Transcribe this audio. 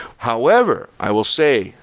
however, i will say,